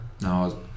No